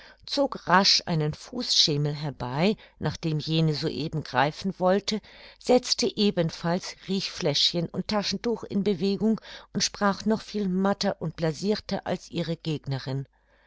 zog rasch einen fußschemel herbei nach dem jene so eben greifen wollte setzte ebenfalls riechfläschchen und taschentuch in bewegung und sprach noch viel matter und blasirter als ihre gegnerin